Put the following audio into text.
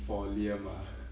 for liam ah